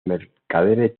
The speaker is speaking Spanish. mercaderes